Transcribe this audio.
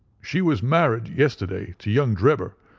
she was married yesterday to young drebber.